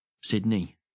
Sydney